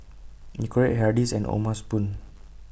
Nicorette Hardy's and O'ma Spoon